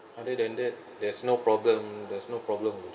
other than that there's no problem there's no problem with them